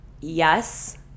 yes